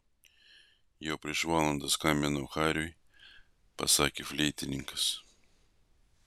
jau prieš valandą skambinau hariui pasakė fleitininkas